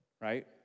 right